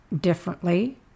differently